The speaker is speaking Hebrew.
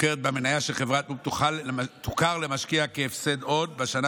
מזכה במניה של חברת מו"פ תוכר למשקיע כהפסד הון בשנה